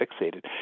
fixated